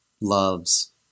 loves